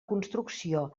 construcció